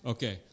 Okay